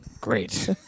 Great